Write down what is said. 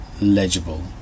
legible